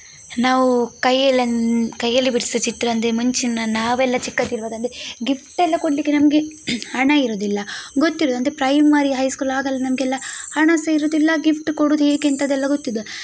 ನಾವು ಕೈಯ್ಯಲ್ಲಿನ ಕೈಯ್ಯಲ್ಲಿ ಬಿಡಿಸುವ ಚಿತ್ರ ಅಂದ್ರೆ ಮುಂಚಿಂದ ನಾವೆಲ್ಲ ಚಿಕ್ಕದಿರುವಾಗ ಅಂದರೆ ಗಿಫ್ಟೆಲ್ಲ ಕೊಡಲಿಕ್ಕೆ ನಮಗೆ ಹಣವಿರುವುದಿಲ್ಲ ಗೊತ್ತಿರೋದು ಅಂದರೆ ಪ್ರೈಮರಿ ಹೈ ಸ್ಕೂಲ್ ಆಗಲ್ಲ ನಮಗೆಲ್ಲ ಹಣ ಸಹ ಇರೋದಿಲ್ಲ ಗಿಫ್ಟ್ ಕೊಡೋದು ಹೇಗೆ ಅಂತ ಅದೆಲ್ಲ ಗೊತ್ತಿದ್ದ